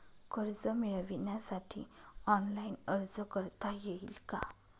कर्ज मिळविण्यासाठी ऑनलाइन अर्ज करता येईल का?